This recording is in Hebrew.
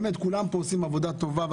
באמת כולם פה עושים עבודה טובה.